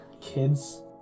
kids